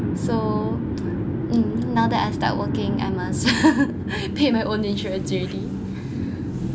so um now that I start working I must pay my own insurance already